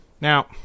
Now